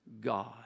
God